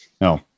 No